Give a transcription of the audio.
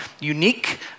unique